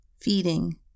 feeding